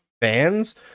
fans